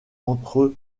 entre